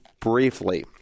briefly